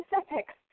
specifics